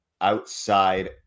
outside